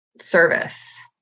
service